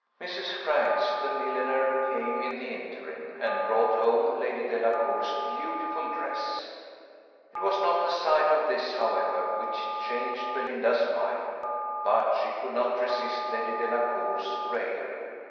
mrs. franks, the milliner, came in the interim, and brought home lady delacour's beautiful dress it was not the sight of this, however, which changed belinda's mind but she could not resist lady delacour's raillery.